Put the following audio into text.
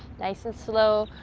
nice and slow,